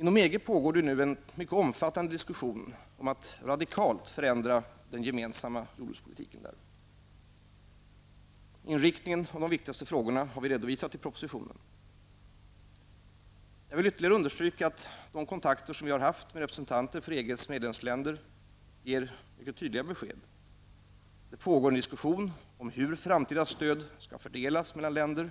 Inom EG pågår nu en mycket omfattande diskussion om att radikalt förändra den gemensamma jordbrukspolitiken. Inriktningen när det gäller de viktigaste frågorna har vi redovisat i propositionen. Jag vill ytterligare understryka att de kontakter som vi har haft med representanter för EGs medlemsländer ger mycket tydliga besked. Det pågår en diskussion om hur framtida stöd skall fördelas mellan länder,